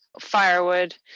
firewood